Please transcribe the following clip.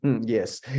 Yes